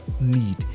need